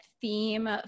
theme